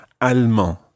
Allemand